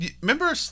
remember